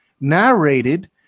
narrated